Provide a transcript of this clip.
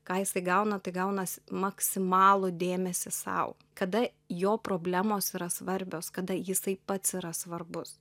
ką jis gauna tai gaunas maksimalų dėmesį sau kada jo problemos yra svarbios kada jisai pats yra svarbus